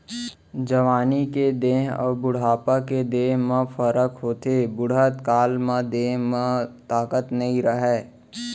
जवानी के देंह अउ बुढ़ापा के देंह म फरक होथे, बुड़हत काल म देंह म ताकत नइ रहय